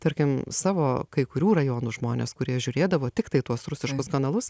tarkim savo kai kurių rajonų žmones kurie žiūrėdavo tiktai tuos rusiškus kanalus